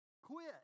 Quit